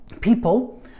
people